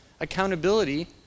accountability